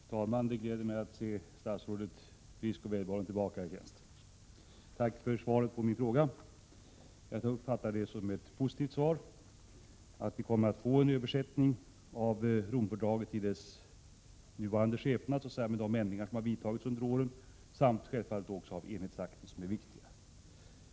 Fru talman! Det gläder mig att se statsrådet frisk och välbehållen tillbaka igen. Tack för svaret på min fråga! Jag uppfattar det som ett positivt svar, att vi kommer att få en översättning av Romfördraget i dess nuvarande skepnad, dvs. med de ändringar som har vidtagits under åren, samt av de delar av enhetsakten som är viktiga.